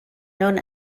known